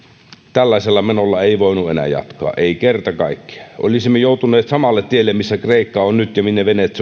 tällaisella menolla ei voinut enää jatkaa ei kerta kaikkiaan olisimme joutuneet samalle tielle kuin missä kreikka on nyt ja minne venezuela